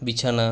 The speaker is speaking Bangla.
বিছানা